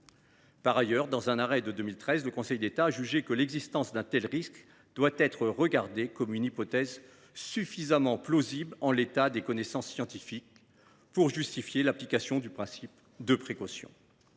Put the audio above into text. Par ailleurs, dans un arrêt du 12 avril 2013, le Conseil d’État a jugé que l’existence d’un tel risque devait être regardée comme une « hypothèse suffisamment plausible en l’état des connaissances scientifiques pour justifier l’application du principe de précaution